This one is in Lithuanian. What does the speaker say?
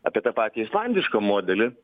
apie tą patį islandišką modelį